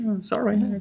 Sorry